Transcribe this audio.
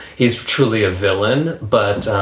he's truly a villain but